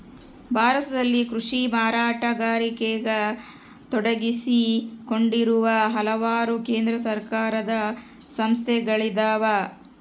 ಭಾರತದಲ್ಲಿ ಕೃಷಿ ಮಾರಾಟಗಾರಿಕೆಗ ತೊಡಗಿಸಿಕೊಂಡಿರುವ ಹಲವಾರು ಕೇಂದ್ರ ಸರ್ಕಾರದ ಸಂಸ್ಥೆಗಳಿದ್ದಾವ